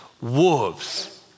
wolves